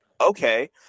Okay